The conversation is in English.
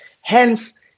Hence